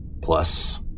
Plus